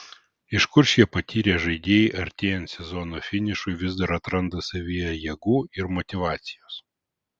iš kur šie patyrę žaidėjai artėjant sezono finišui vis dar atranda savyje jėgų ir motyvacijos